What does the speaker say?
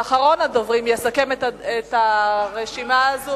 ואחרון הדוברים שיסכם את הרשימה הזאת,